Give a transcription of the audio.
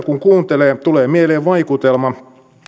kun kuuntelee tulee mieleen vaikutelma